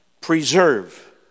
Preserve